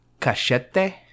cachete